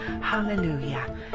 Hallelujah